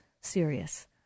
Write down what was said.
serious